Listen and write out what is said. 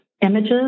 images